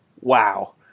Wow